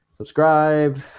subscribe